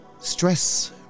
stress